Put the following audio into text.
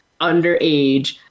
underage